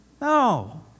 No